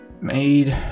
made